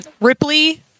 Ripley